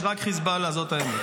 יש רק חיזבאללה, זאת האמת.